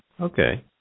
Okay